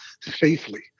safely